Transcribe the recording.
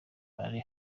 ari